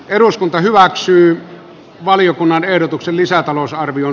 eduskunta hyväksyy valiokunnan ehdotuksen lisätalousarvion